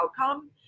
outcome